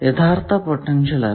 യഥാർത്ഥ പൊട്ടൻഷ്യൽ അല്ല